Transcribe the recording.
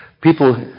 people